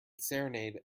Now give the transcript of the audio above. serenade